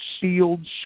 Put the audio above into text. sealed